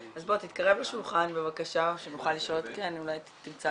אז בוא תתקרב לשולחן בבקשה שנוכל לשאול אותך שאלות.